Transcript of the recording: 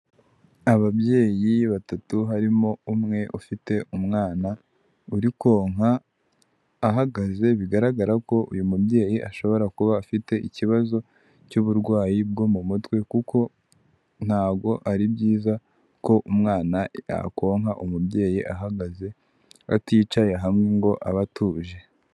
Ababyeyi batatu harimo umwe ufite umwana uri konka ahagaze bigaragara ko uyu mubyeyi ashobora kuba afite ikibazo cy'uburwayi bwo mu mutwe kuko ntago ari byiza ko umwana yakonka umubyeyi ahagaze aticaye hamwe ngo aba atuje.